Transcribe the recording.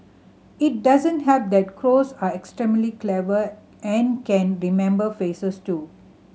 it doesn't help that crows are extremely clever and can remember faces too